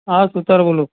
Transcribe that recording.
હા સુથાર બોલું